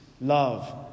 love